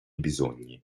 bisogni